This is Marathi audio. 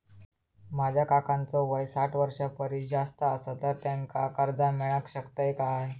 माझ्या काकांचो वय साठ वर्षां परिस जास्त आसा तर त्यांका कर्जा मेळाक शकतय काय?